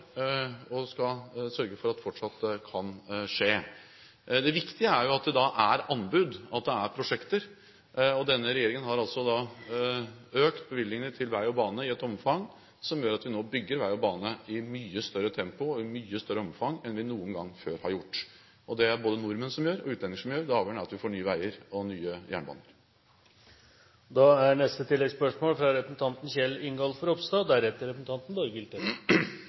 og skal sørge for at fortsatt kan skje. Det viktige er at det er anbud, at det er prosjekter. Denne regjeringen har økt bevilgningene til vei og bane i et omfang som gjør at vi nå bygger vei og bane i mye større tempo og i mye større omfang enn vi noen gang før har gjort. Det er det både nordmenn som gjør, og utlendinger som gjør. Det avgjørende er at vi får nye veier og jernbane. Kjell Ingolf Ropstad – til oppfølgingsspørsmål. Jeg vil tilbake til arbeidsinnvandring. Som statsministeren sa, er vi så heldige at det faktisk kommer folk til